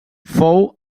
fou